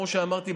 כמו שאמרתי,